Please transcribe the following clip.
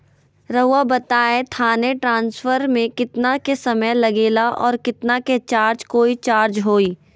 रहुआ बताएं थाने ट्रांसफर में कितना के समय लेगेला और कितना के चार्ज कोई चार्ज होई?